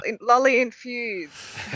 lolly-infused